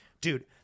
dude